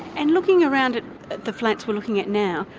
and looking around at the flats we're looking at now,